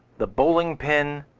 the bowling pin,